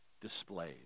Displayed